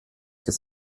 des